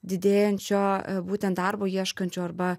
didėjančio būtent darbo ieškančių arba